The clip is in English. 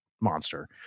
monster